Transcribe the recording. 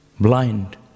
Blind